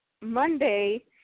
Monday